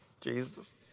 Jesus